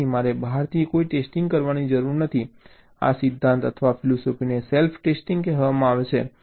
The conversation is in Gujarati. તેથી મારે બહારથી કોઈ ટેસ્ટિંગ કરવાની જરૂર નથી આ સિદ્ધાંત અથવા ફિલસૂફીને સેલ્ફ ટેસ્ટિંગ કહેવામાં આવે છે